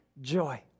joy